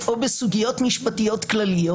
או בסוגיות משפטיות כלליות,